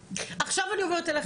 עכשיו אני עוברת אליכם.